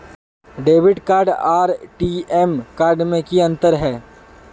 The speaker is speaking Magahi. डेबिट कार्ड आर टी.एम कार्ड में की अंतर है?